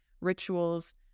rituals